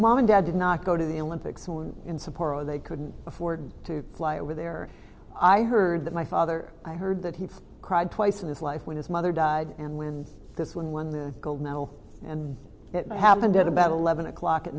mom and dad did not go to the olympics or in sapporo they couldn't afford to fly over there i heard that my father i heard that he cried twice in his life when his mother died and when this one won the gold medal and that happened at about eleven o'clock at